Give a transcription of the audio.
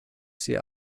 sie